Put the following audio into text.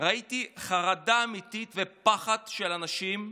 חרדה אמיתית ופחד של אנשים,